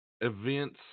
events